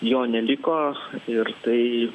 jo neliko ir tai